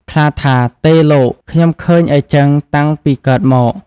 ខ្លាថា៖ "ទេលោក! ខ្ញុំឃើញអីចឹងតាំងពីកើតមក"។